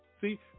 See